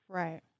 right